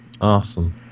Awesome